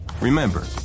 Remember